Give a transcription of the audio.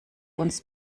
uns